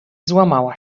złamała